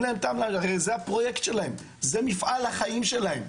זה הפרויקט שלהם, זה מפעל החיים שלהם.